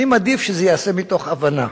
אני מעדיף שזה ייעשה מתוך הבנה,